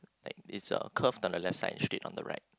like it's a curve on the left side straight on the right